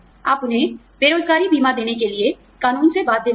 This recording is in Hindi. आप उन्हें बेरोज़गारी बीमा देने के लिए कानून से बाध्य नहीं हैं